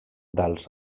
dels